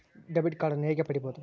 Debit ಕಾರ್ಡನ್ನು ಹೇಗೆ ಪಡಿಬೋದು?